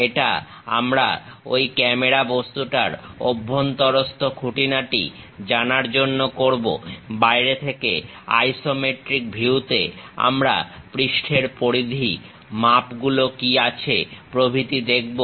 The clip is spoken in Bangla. এটা আমরা ঐ ক্যামেরা বস্তুটার অভ্যন্তরস্থ খুঁটিনাটি জানার জন্য করবো বাইরে থেকে আইসোমেট্রিক ভিউতে আমরা পৃষ্ঠের পরিধি মাপগুলো কি আছে প্রভৃতি দেখব